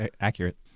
accurate